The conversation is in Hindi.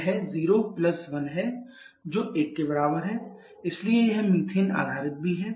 यह 0 प्लस 1 है जो 1 के बराबर है इसलिए यह मीथेन आधारित भी है